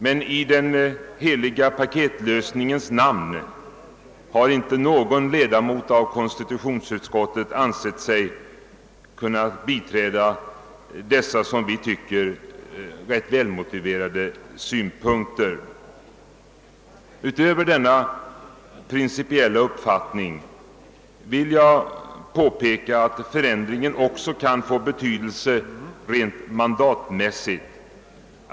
Men i den heliga paketlösningens namn har inte någon ledamot av konstitutionsutskottet ansett sig kunna biträda dessa som vi tycker välmotiverade synpunkter. Sedan jag redovisat denna principiella uppfattning vill jag påpeka att förändringen också kan få betydelse rent mandatmässigt.